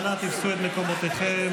אנא תפסו את מקומותיכם.